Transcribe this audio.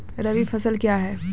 रबी फसल क्या हैं?